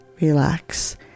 Relax